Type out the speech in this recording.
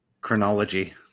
Chronology